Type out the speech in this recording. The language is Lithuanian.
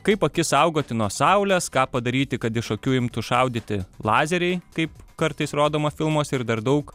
kaip akis saugoti nuo saulės ką padaryti kad iš akių imtų šaudyti lazeriai kaip kartais rodoma filmuose ir dar daug